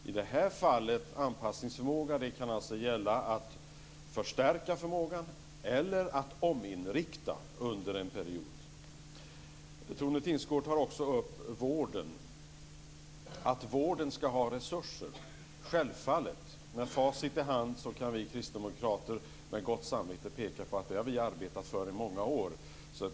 I det här fallet kan anpassningsförmågan alltså handla om att förstärka förmågan eller att ominrikta under en period. Tone Tingsgård tar också upp att vården ska ha resurser. Självklart är det så. Med facit i hand kan vi kristdemokrater med gott samvete peka på att vi har arbetat för det i många år.